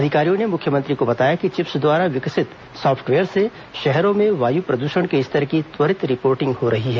अधिकारियों ने मुख्यमंत्री को बताया कि चिप्स द्वारा विकसित सॉफ्टवेयर से शहरों में वायु प्रदूषण के स्तर की त्वरित रिपोर्टिंग हो रही है